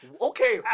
okay